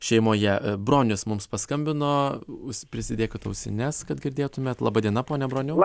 šeimoje bronius mums paskambino už prisidėkit ausines kad girdėtumėt laba diena pone broniau